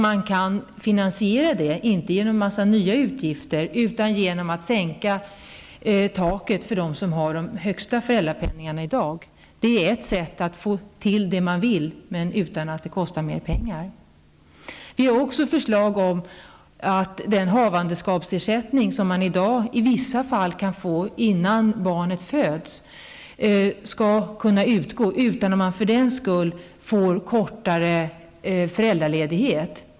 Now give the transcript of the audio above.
Man kan finansiera detta, så att det inte blir en massa nya utgifter, genom att sänka taket för dem som nu har de allra högsta föräldrapenningarna. Det är ett sätt att få till stånd en sådan här förlängning utan att det kostar mer pengar. Vi har också förslag om att den havandeskapsersättning som man i dag i vissa fall kan få innan barnet föds skall kunna utgå utan att man för den skull får kortare föräldraledighet.